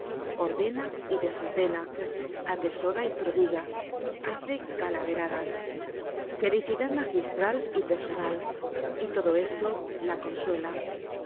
ordena y desordena atesora y prodiga hace calaveradas felicidad magistral y personal y todo esto la consuela